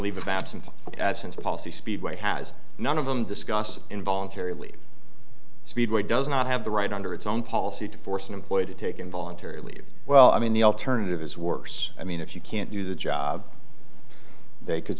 leave of absence absence a policy speedway has none of them discuss involuntary leave speedway does not have the right under its own policy to force an employee to take involuntary leave well i mean the alternative is worse i mean if you can't do the job they could